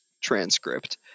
transcript